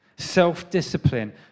Self-discipline